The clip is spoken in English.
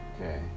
Okay